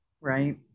right